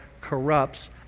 corrupts